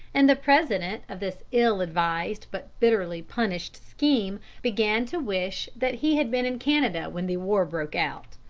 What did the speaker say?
and the president of this ill-advised but bitterly punished scheme began to wish that he had been in canada when the war broke out.